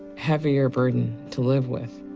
heavier burden to live with,